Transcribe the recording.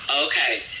Okay